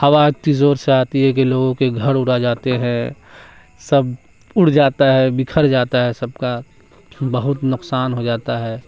ہوا اتنی زور سے آتی ہے کہ لوگوں کے گھر اڑ جاتے ہیں سب اڑ جاتا ہے بکھر جاتا ہے سب کا بہت نقصان ہو جاتا ہے